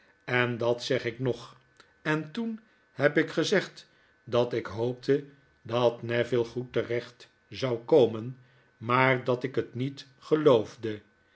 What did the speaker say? en dat zeg ik nog en toen heb ik gezegd dat ik hoopte dat neville goed terecht zou komen maar dat ik het niet geloofde